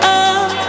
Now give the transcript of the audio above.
up